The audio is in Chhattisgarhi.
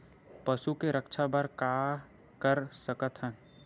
पशु के रक्षा बर का कर सकत हन?